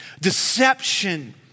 Deception